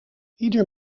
ieder